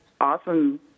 awesome